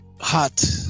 hot